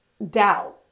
doubt